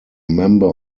member